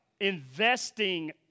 investing